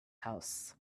house